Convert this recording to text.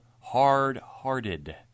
hard-hearted